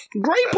great